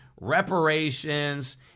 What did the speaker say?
reparations